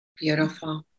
Beautiful